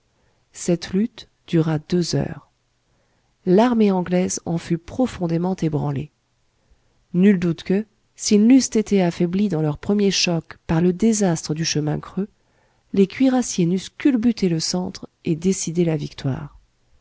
cette lutte dura deux heures l'armée anglaise en fut profondément ébranlée nul doute que s'ils n'eussent été affaiblis dans leur premier choc par le désastre du chemin creux les cuirassiers n'eussent culbuté le centre et décidé la victoire